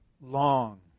long